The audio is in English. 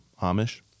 amish